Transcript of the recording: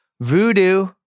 Voodoo